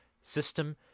system